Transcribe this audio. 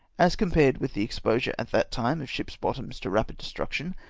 as compared with the exposure at that time of ships' bottoms to rapid destruction,